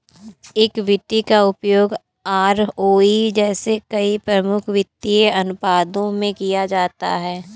equity का उपयोग ROE जैसे कई प्रमुख वित्तीय अनुपातों में किया जाता है